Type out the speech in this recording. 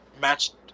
matched